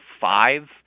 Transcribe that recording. five